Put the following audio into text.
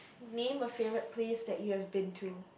name a favorite place that you have been to